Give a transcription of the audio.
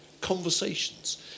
conversations